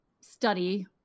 study